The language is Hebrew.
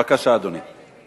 בבקשה, אדוני.